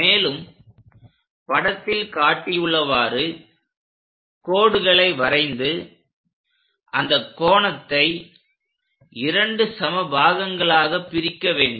மேலும் படத்தில் காட்டியுள்ளவாறு கோடுகளை வரைந்து அந்த கோணத்தை இரண்டு சம பாகங்களாக பிரிக்க வேண்டும்